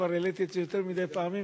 כבר העליתי את זה יותר מדי פעמים,